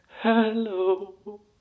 hello